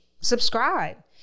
subscribe